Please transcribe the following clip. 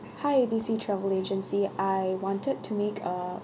hi A B C travel agency I wanted to make a